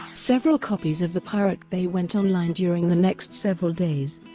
several copies of the pirate bay went online during the next several days,